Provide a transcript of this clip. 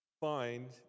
find